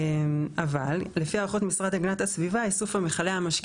אבל לפי הערכות המשרד להגנת הסביבה איסוף מכלי המשקה